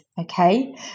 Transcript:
okay